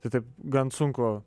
tai taip gan sunku